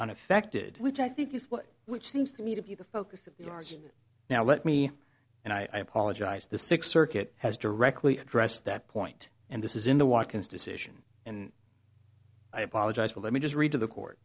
on affected which i think is which seems to me to be the focus now let me and i apologize the sixth circuit has directly address that point and this is in the watkins decision and i apologize for let me just read to the court